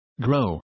grow